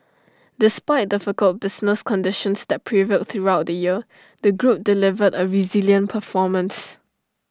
despite difficult business conditions that prevailed throughout the year the group delivered A resilient performance